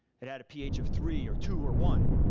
it had a ph of three or two or one.